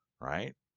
Right